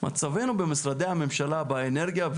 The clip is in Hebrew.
מצבנו במשרדי הממשלה באנרגיה,